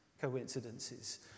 coincidences